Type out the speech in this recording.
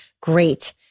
great